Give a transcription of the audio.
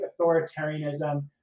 authoritarianism